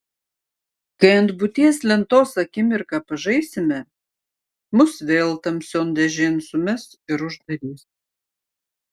kai ant būties lentos akimirką pažaisime mus vėl tamsion dėžėn sumes ir uždarys